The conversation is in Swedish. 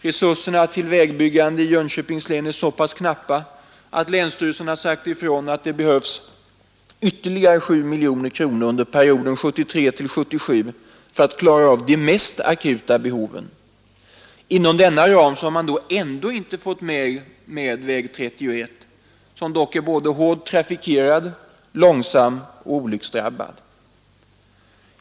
Resurserna till vägbyggande i Jönköpings län är så pass knappa att länsstyrelsen har sagt ifrån att det krävs ytterligare 7 miljoner kronor under perioden 1973—1977 för att klara av de mest akuta behoven. Inom denna ram har man ändå inte fått med väg 31, som är såväl hårt trafikerad som långsam och olycksdrabbad.